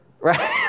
right